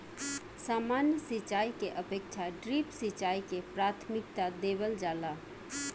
सामान्य सिंचाई के अपेक्षा ड्रिप सिंचाई के प्राथमिकता देवल जाला